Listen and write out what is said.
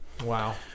Wow